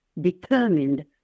determined